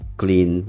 clean